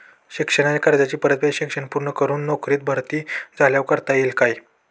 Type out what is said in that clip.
शिक्षणाच्या कर्जाची परतफेड शिक्षण पूर्ण करून नोकरीत भरती झाल्यावर करता येईल काय?